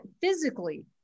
physically